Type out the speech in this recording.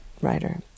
writer